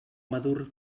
madur